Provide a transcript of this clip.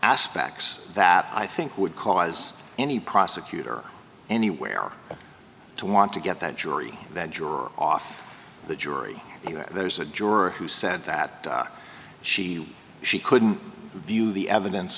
aspects that i think would cause any prosecutor anywhere to want to get that jury that juror off the jury if there's a juror who said that she she couldn't view the evidence